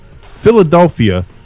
Philadelphia